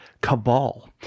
cabal